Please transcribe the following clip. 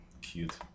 Cute